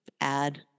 add